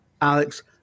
Alex